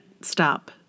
stop